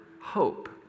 hope